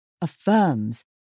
affirms